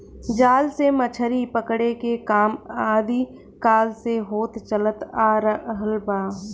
जाल से मछरी पकड़े के काम आदि काल से होत चलत आ रहल बा